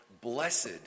blessed